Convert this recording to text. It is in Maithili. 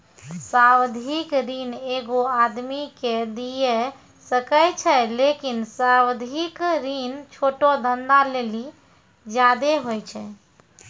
सावधिक ऋण एगो आदमी के दिये सकै छै लेकिन सावधिक ऋण छोटो धंधा लेली ज्यादे होय छै